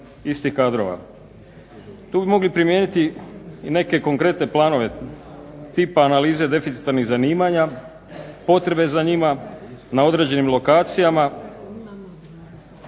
istih kadrova. Tu bi mogli primijeniti i neke konkretne planove tipa analize deficitarnih zanimanja, potrebe za njima na određenim lokacijama,